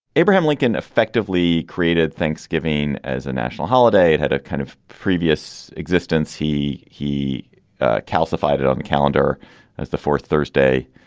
abraham lincoln effectively created thanksgiving as a national holiday. it had a kind of previous existence. he he calcified it on the calendar as the fourth thursday.